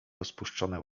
rozpuszczone